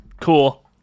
Cool